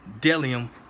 Delium